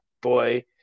boy